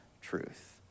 truth